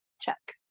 Check